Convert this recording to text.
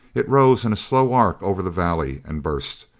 it rose in a slow arc over the valley, and burst.